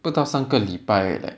不到三个礼拜 leh